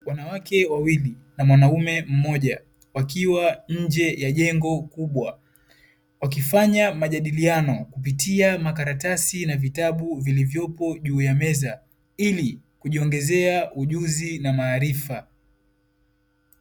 Wanawake wawili na mwanamume mmoja wakiwa nje ya jengo kubwa, wakifanya majadiliano kupitia makaratasi na vitabu vilivyopo juu ya meza ili kujiongezea ujuzi na maarifa.